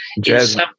Jazz